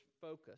focus